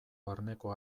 barneko